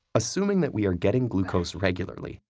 assuming that we are getting glucose regularly,